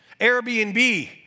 Airbnb